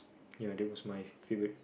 ya that was my favorite